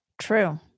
true